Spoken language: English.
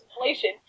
inflation